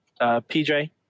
PJ